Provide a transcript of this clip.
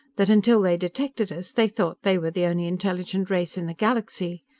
that until they detected us they thought they were the only intelligent race in the galaxy.